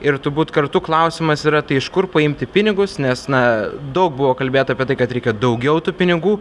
ir turbūt kartu klausimas yra tai iš kur paimti pinigus nes na daug buvo kalbėta apie tai kad reikia daugiau tų pinigų